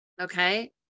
Okay